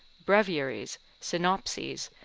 breviaries, synopses,